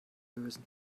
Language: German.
lösen